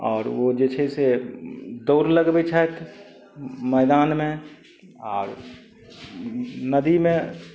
आओर ओ जे छै से दौड़ लगबय छथि मैदानमे आर नदीमे